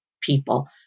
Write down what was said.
people